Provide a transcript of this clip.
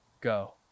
go